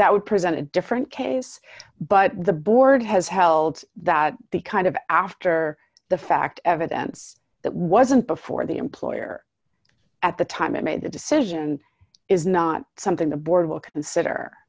that would present a different case but the board has held that the kind of after the fact evidence that wasn't before the employer at the time it made the decision is not something the boardwalk and setter